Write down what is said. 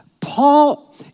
Paul